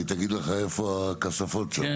היא תגיד לך איפה הכספות שם (בהלצה).